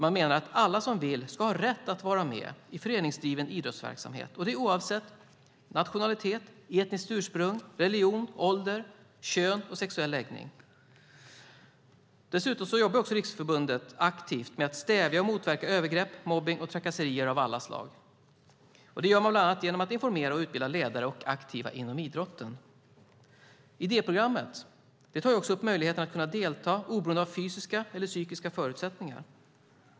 Man menar att alla som vill ska ha rätt att vara med i föreningsdriven idrottsverksamhet och det oavsett nationalitet, etniskt ursprung, religion, ålder, kön och sexuell läggning. Dessutom jobbar Riksidrottsförbundet aktivt med att stävja och motverka övergrepp, mobbning och trakasserier av alla slag. Det gör man bland annat genom att informera och utbilda ledare och aktiva inom idrotten. Idéprogrammet tar också upp möjligheterna att delta oberoende av fysiska och psykiska förutsättningar.